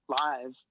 live